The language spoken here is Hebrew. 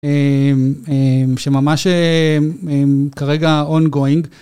אהמ.. אהמ.. שממש אהה. כרגע on-going.